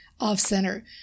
off-center